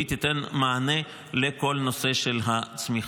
והיא תיתן מענה לכל הנושא של הצמיחה.